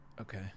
Okay